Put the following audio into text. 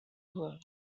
world